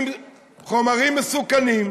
עם חומרים מסוכנים,